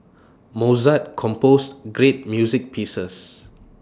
Mozart composed great music pieces